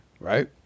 right